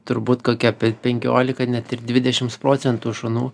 turbūt kokie pe penkiolika net ir dvidešims procentų šunų